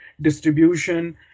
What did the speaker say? distribution